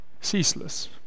ceaseless